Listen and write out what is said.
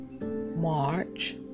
March